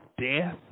death